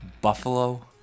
buffalo